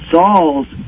Saul's